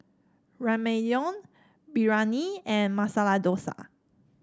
Ramyeon Biryani and Masala Dosa